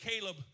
Caleb